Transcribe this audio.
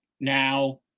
now